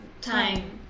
time